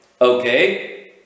Okay